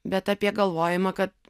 bet apie galvojimą kad